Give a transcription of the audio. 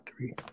three